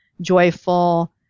joyful